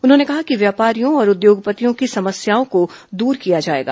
उन्होंने कहा कि व्यापारियों और उद्योगपतियों की समस्याओं को दूर किया जाएगा